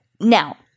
Now